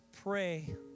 pray